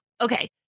Okay